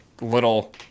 little